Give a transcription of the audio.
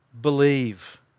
believe